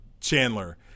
Chandler